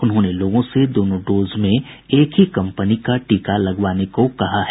उन्होंने लोगों से दोनों डोज में एक ही कंपनी का टीका लगवाने को कहा है